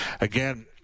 Again